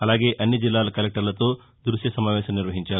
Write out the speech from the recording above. అలాగే అన్ని జిల్లాల కలెక్టర్లతో ద ృశ్య సమావేశం నిర్వహించారు